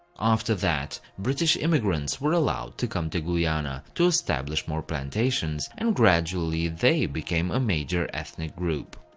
after that, british immigrants were allowed to come to guyana, to establish more plantations, and gradually they became a major ethnic group.